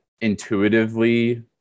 intuitively